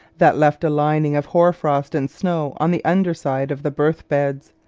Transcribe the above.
that left a lining of hoar-frost and snow on the under side of the berth-beds,